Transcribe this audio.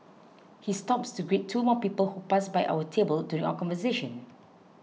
he stops to greet two more people who pass by our table during our conversation